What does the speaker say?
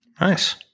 Nice